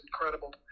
incredible